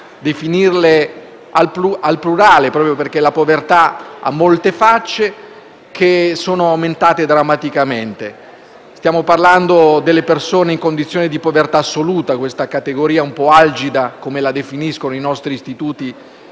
definirle al plurale, proprio perché la povertà ha molte facce - che sono aumentate drammaticamente. Stiamo parlando delle persone in condizione di povertà assoluta, secondo l'algida definizione che i nostri istituti